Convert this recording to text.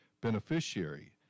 beneficiary